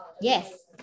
Yes